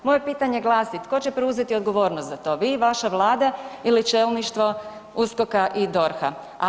Moje pitanje glasi tko će preuzeti odgovornost za to vi, vaša Vlada ili čelništvo USKOK-a i DORH-a?